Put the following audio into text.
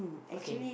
okay